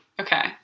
Okay